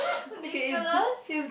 Nicholas